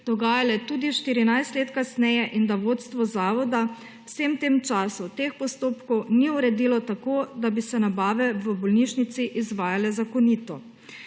dogajale tudi 14 let kasneje in da vodstvo zavoda v vsem tem času teh postopkov ni uredilo tako, da bi se nabave v bolnišnici izvajale zakonito.